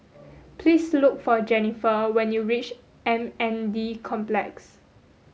please look for Jenifer when you reach M N D Complex